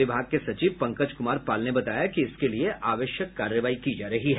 विभाग के सचिव पंकज कुमार पाल ने बताया कि इसके लिए आवश्यक कारवाई की जा रही है